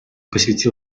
посвятил